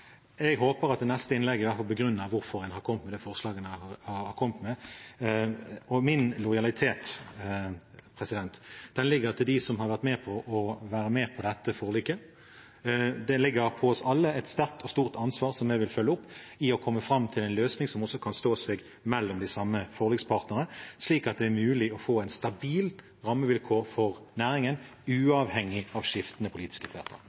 i neste innlegg begrunner hvorfor han har kommet med det forslaget han har kommet med. Min lojalitet ligger hos dem som har vært med på dette forliket. Det ligger på oss alle et sterkt og stort ansvar, som jeg vil følge opp, for å komme fram til en løsning som kan stå seg mellom de samme forlikspartnerne, slik at det er mulig å få stabile rammevilkår for næringen, uavhengig av skiftende politiske